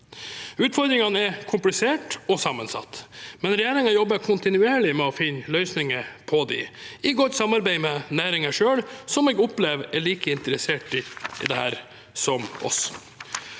Utfordringene er kompliserte og sammensatte, men regjeringen jobber kontinuerlig med å finne løsninger på dem, i godt samarbeid med næringen selv, som jeg opplever er like interessert som oss